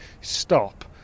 stop